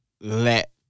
let